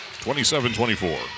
27-24